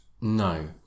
No